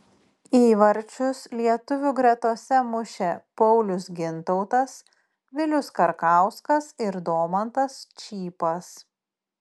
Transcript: įvarčius lietuvių gretose mušė paulius gintautas vilius karkauskas ir domantas čypas